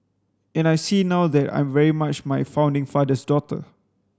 and I see now that I'm very much my founding father's daughter